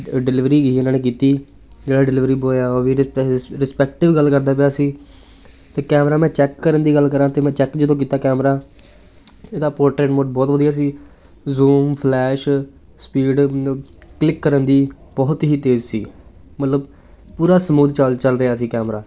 delivery ਹੀ ਇਹਨਾਂ ਨੇ ਕੀਤੀ ਜਿਹੜਾ ਡਿਲੀਵਰੀ ਬੋਆਏ ਉਹ ਵੀ ਰਿਸਪੈਕਟਿਵ ਗੱਲ ਕਰਦਾ ਪਿਆ ਸੀ ਅਤੇ ਕੈਮਰਾ ਮੈਂ ਚੈੱਕ ਕਰਨ ਦੀ ਗੱਲ ਕਰਾਂ ਤਾਂ ਮੈਂ ਚੈੱਕ ਜਦੋਂ ਕੀਤਾ ਕੈਮਰਾ ਇਹਦਾ ਪੋਟਰੇਟ ਮੋਡ ਬਹੁਤ ਵਧੀਆ ਸੀ ਜ਼ੂਮ ਫਲੈਸ਼ ਸਪੀਡ ਕਲਿੱਕ ਕਰਨ ਦੀ ਬਹੁਤ ਹੀ ਤੇਜ਼ ਸੀ ਮਤਲਬ ਪੂਰਾ ਸਮੂਥ ਚੱਲ ਚੱਲ ਰਿਹਾ ਸੀ ਕੈਮਰਾ